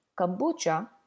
kombucha